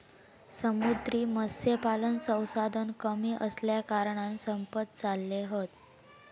समुद्री मत्स्यपालन संसाधन कमी असल्याकारणान संपत चालले हत